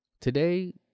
Today